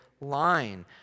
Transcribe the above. line